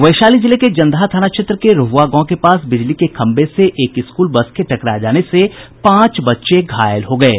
वैशाली जिले के जंदाहा थाना क्षेत्र के रोहुआ गांव के पास बिजली के खंभे से एक स्कूल बस के टकरा जाने से पांच बच्चे घायल हो गये